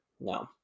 no